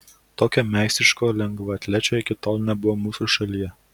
tokio meistriško lengvaatlečio iki tol nebuvo mūsų šalyje